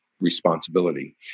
responsibility